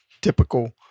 typical